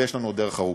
ויש לנו עוד דרך ארוכה.